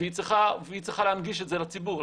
והיא צריכה להנגיש את זה לציבור,